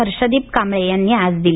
हर्षदीप कांबळे यांनी आज दिली